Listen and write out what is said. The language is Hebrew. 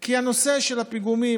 כי הנושא של הפיגומים,